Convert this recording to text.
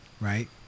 Right